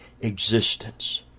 existence